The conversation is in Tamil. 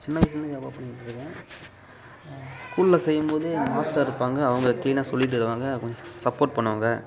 சின்ன வயசுலேருந்து யோகா பண்ணிகிட்டுருக்கேன் ஸ்கூலில் செய்யும்போது மாஸ்டர் இருப்பாங்க அவங்க க்ளீனாக சொல்லி தருவாங்க கொஞ்சம் சப்போர்ட் பண்ணுவாங்க